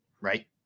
right